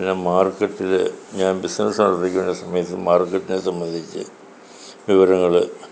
പിന്നെ മാർക്കറ്റിൽ ഞാൻ ബിസിനസ്സ് നടത്തിക്കൊണ്ടിരുന്ന സമയത്ത് മാർക്കറ്റിനെ സംബന്ധിച്ചു വിവരങ്ങൾ